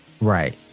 Right